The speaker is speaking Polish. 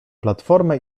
platformę